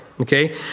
okay